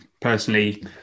personally